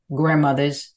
grandmothers